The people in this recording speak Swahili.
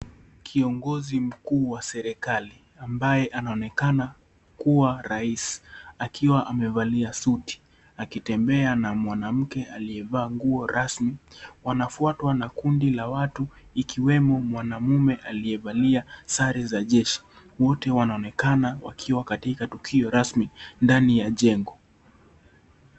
Kiongozi mkuu wa serikali ambaye anaonekana kuwa rais akiwa amevalia suti akitembea na mwanamke aliyevaa nguo rasmi, wanafuatwa na kundi la watu ikiwemo mwanamume aliyevalia sare za jeshi wote wanaonekana wakiwa katika tukio rasmi ndani ya jengo.